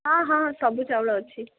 ହଁ ହଁ ସବୁ ଚାଉଳ ଅଛି